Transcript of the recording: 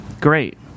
Great